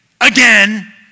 Again